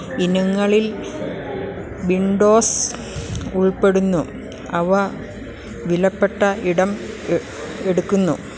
ഇനങ്ങളിൽ വിൻഡോസ് ഉൾപ്പെടുന്നു അവ വിലപ്പെട്ട ഇടം എടുക്കുന്നു